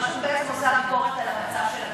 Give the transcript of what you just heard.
הרשות בעצם עושה ביקורת על מצב הכבישים,